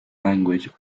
language